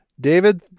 David